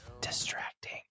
distracting